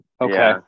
Okay